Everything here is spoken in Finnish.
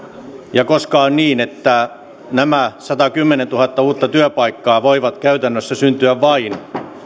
ja koska on niin että nämä satakymmentätuhatta uutta työpaikkaa voivat käytännössä syntyä vain